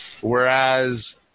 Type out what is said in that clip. Whereas